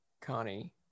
Connie